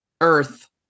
Earth